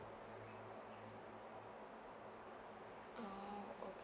oh okay